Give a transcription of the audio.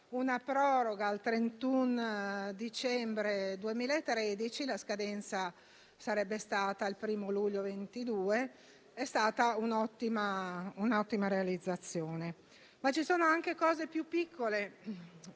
la proroga al 31 dicembre 2023, quando la scadenza sarebbe stata il 1° luglio 2022, è stata un'ottima realizzazione. Ci sono anche misure più piccole